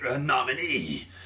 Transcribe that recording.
nominee